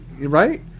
Right